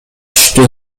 түштү